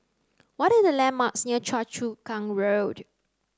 what are the landmarks near Choa Chu Kang Road